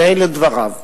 ואלה דבריו: